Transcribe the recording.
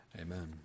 Amen